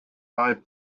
five